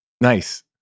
nice